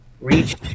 Reach